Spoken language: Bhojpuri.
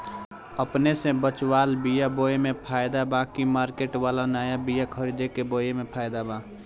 अपने से बचवाल बीया बोये मे फायदा बा की मार्केट वाला नया बीया खरीद के बोये मे फायदा बा?